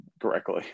correctly